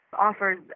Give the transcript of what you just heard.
offers